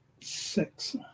Six